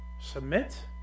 submit